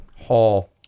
hall